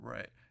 Right